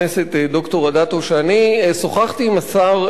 שאני שוחחתי עם השר לנדאו באופן אישי,